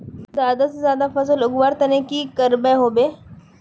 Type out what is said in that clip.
ज्यादा से ज्यादा फसल उगवार तने की की करबय होबे?